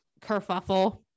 kerfuffle